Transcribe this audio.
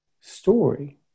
story